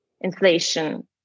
inflation